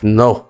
no